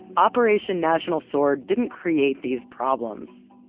operation national sword didn't create these problems.